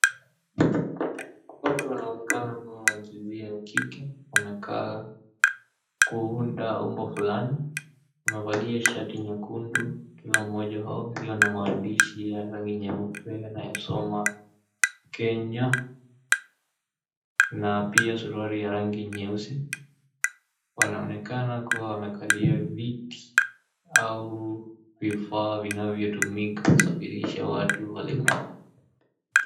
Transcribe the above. Watu wanaonekana kuvaa ngizia ya kike, wamekaa kuunda umbo fulani. Wamevaa shati nyekundu, kila mmoja wao lina maandishi ya rangi nyeupe yanayosoma, Kenya. Na pia suruali ya rangi nyeusi. Wanaonekana kuwa wamekalia viti au vifaa vinavyotumika kusafirisha watu walemavu.